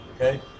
Okay